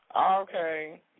Okay